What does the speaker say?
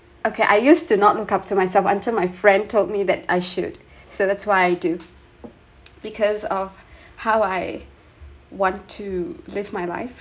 okay I used to not look up to myself until my friend told me that I should so that's why I do because of how I want to live my life